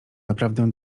naprawdę